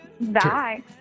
bye